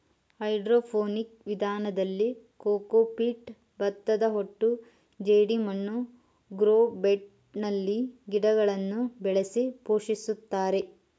hydroponic ವಿಧಾನದಲ್ಲಿ cocopeat, ಭತ್ತದಹೊಟ್ಟು ಜೆಡಿಮಣ್ಣು ಗ್ರೋ ಬೆಡ್ನಲ್ಲಿ ಗಿಡಗಳನ್ನು ಬೆಳೆಸಿ ಪೋಷಿಸುತ್ತಾರೆ